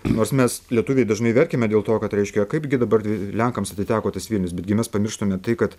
nors mes lietuviai dažnai verkiame dėl to kad reiškia o kaipgi dabar lenkams atiteko tas vilnius bet gi mes pamirštame tai kad